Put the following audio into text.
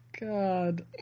God